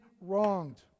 wronged